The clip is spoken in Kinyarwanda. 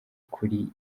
kuri